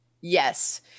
yes